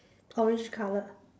orange colour